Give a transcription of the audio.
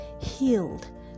healed